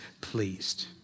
pleased